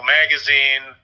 magazine